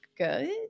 good